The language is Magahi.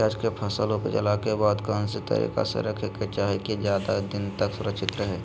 प्याज के फसल ऊपजला के बाद कौन तरीका से रखे के चाही की ज्यादा दिन तक सुरक्षित रहय?